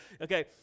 Okay